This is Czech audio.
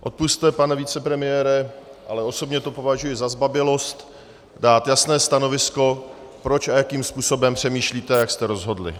Odpusťte, pane vicepremiére , ale osobně to považuji za zbabělost, dát jasné stanovisko, proč a jakým způsobem přemýšlíte a jak jste rozhodli.